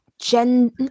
gen